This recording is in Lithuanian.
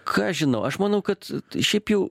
ką aš žinau aš manau kad šiaip jau